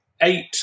eight